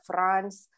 France